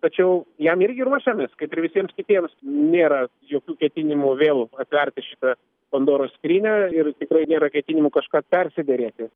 tačiau jam irgi ruošiamės kaip ir visiems kitiems nėra jokių ketinimų vėl atverti šitą pandoros skrynią ir tikrai nėra ketinimų kažką persiderėti